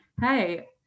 hey